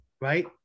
right